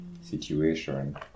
situation